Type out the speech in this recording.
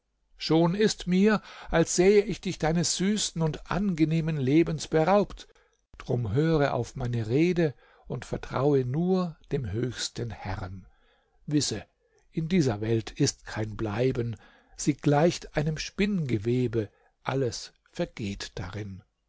schon ist mir als sähe ich dich deines süßen und angenehmen lebens beraubt drum höre auf meine rede und vertraue nur dem höchsten herrn wisse in dieser weit ist kein bleiben sie gleicht einem spinngewebe alles vergeht darin